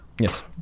Yes